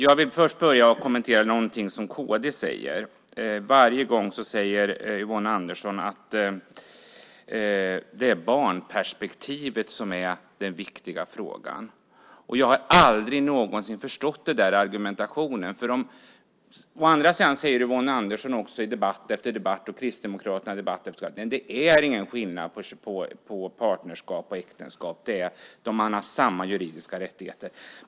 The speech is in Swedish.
Jag vill börja med att kommentera något som kd säger. Varje gång säger Yvonne Andersson att barnperspektivet är den viktiga frågan. Jag har aldrig förstått den argumentationen. Dessutom säger Yvonne Andersson och Kristdemokraterna i debatt efter debatt att det inte är någon skillnad på partnerskap och äktenskap. Man har samma juridiska rättigheter.